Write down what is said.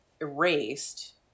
erased